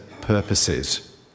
purposes